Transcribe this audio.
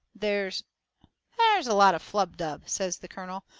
there's there's a lot of flub-dub, says the colonel,